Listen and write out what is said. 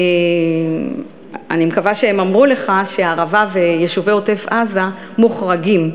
אני מקווה שהם אמרו לך שהערבה ויישובי עוטף-עזה מוחרגים,